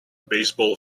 baseball